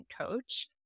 coach